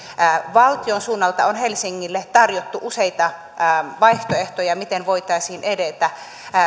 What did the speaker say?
valtion suunnalta on helsingille tarjottu useita vaihtoehtoja siihen miten voitaisiin edetä